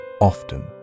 often